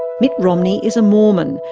mitt romney is a mormon,